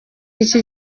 iki